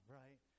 right